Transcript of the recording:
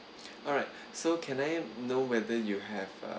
alright so can I know whether you have uh